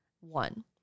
one